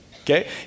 okay